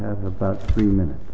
about three minutes